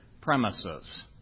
premises